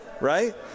right